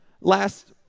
last